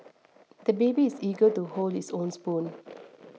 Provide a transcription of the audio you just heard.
the baby is eager to hold his own spoon